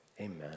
Amen